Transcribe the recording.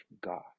God